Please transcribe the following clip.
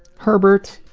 herbert!